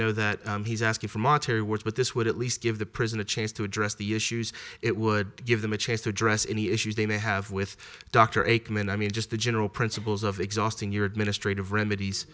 know that he's asking for monetary work but this would at least give the prison a chance to address the issues it would give them a chance to address any issues they may have with dr aikman i mean just the general principles of exhausting your administrative remedies